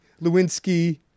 Lewinsky